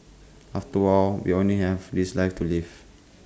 after all we only have this life to live